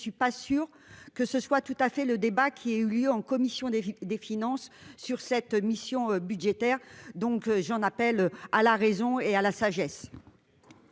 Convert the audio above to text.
je ne suis pas sûr que ce soit tout à fait le débat qui a eu lieu en commission des des finances sur cette mission budgétaire, donc j'en appelle à la raison et à la sagesse.